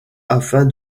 afin